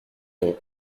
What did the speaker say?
non